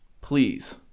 Please